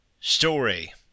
Story